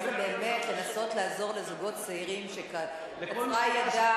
אם זה באמת לנסות לעזור לזוגות צעירים שקצרה ידם,